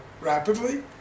rapidly